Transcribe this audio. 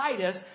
Titus